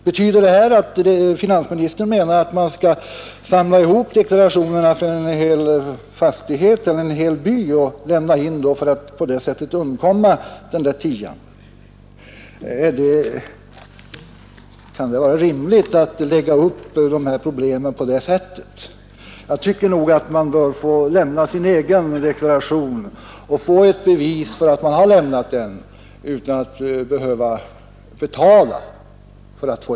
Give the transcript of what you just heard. Betyder detta att finansministern menar att man skall samla ihop deklarationerna för en hel fastighet eller en hel by och lämna in dem gemensamt för att på så sätt undgå den där tian? Kan det vara rimligt att lägga upp problemet på det sättet? Jag tycker att man bör få lämna in sin egen deklaration och få ett bevis för att man lämnat den utan att behöva betala för detta bevis.